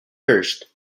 hurst